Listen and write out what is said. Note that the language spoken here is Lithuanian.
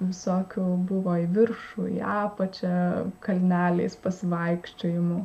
visokių buvo į viršų į apačią kalneliais pasivaikščiojimų